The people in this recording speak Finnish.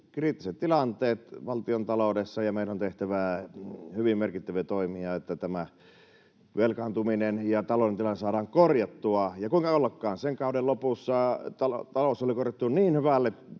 kriittiset tilanteet valtiontaloudessa ja meillä on tehtävä hyvin merkittäviä toimia, jotta velkaantuminen ja talouden tilanne saadaan korjattua. Kuinka ollakaan, sen kauden lopussa talous oli korjattu niin hyvälle